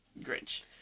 Grinch